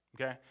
okay